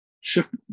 Shift